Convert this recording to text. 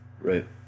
Right